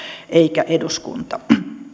eikä eduskunta